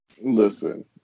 Listen